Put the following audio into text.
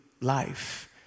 life